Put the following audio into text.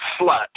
slut